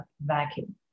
vacuum